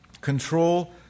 Control